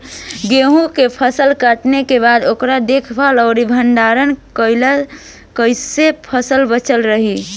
गेंहू के फसल कटला के बाद ओकर देखभाल आउर भंडारण कइसे कैला से फसल बाचल रही?